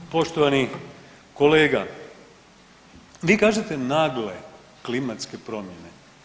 Poštovani kolega vi kažete nagle klimatske promjene.